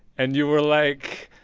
and you were like,